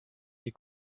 sie